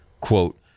Quote